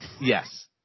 Yes